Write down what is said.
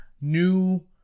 New